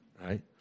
right